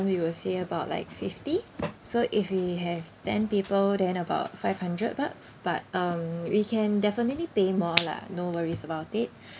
we will say about like fifty so if we have ten people then about five hundred bucks but um we can definitely pay more lah no worries about it